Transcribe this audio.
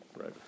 right